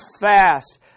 fast